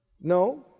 no